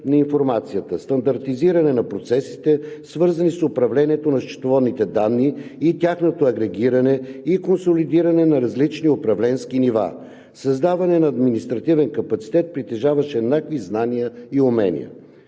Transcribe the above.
на информацията; стандартизиране на процесите, свързани с управлението на счетоводните данни и тяхното агрегиране и консолидиране на различни управленски нива; създаване на административен капацитет, притежаващ еднакви знания и умения.